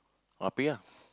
ah pay ah